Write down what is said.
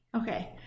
Okay